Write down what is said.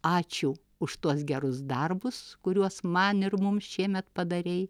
ačiū už tuos gerus darbus kuriuos man ir mums šiemet padarei